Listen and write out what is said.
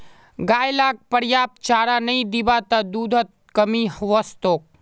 गाय लाक पर्याप्त चारा नइ दीबो त दूधत कमी वस तोक